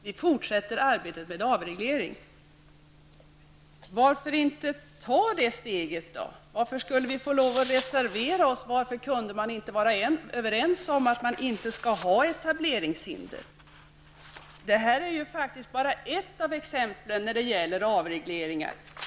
Varför tar då inte socialdemokraterna det steget? Varför har vi varit tvungna att reservera oss? Varför kunde vi inte vara överens om att det inte skall finnas etableringshinder? Detta är faktiskt bara ett exempel på avregleringar.